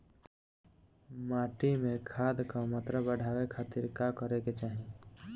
माटी में खाद क मात्रा बढ़ावे खातिर का करे के चाहीं?